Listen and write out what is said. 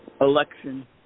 election